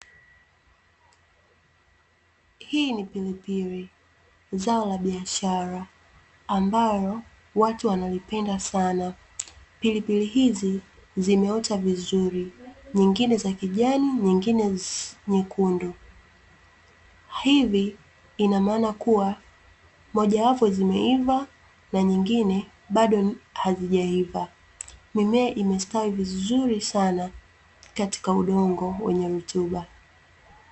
Hii ni pilipili zao la biashara ambalo watu wanalipenda sana, pilipili hizi zimeota vizuri nyingine za kijani, nyingine nyekundu. Hili ina maana kuwa moja wapo zimeiva na nyingine bado hazijaiva, mimea imestawi vizuri sana katika udongo wenye rutuba.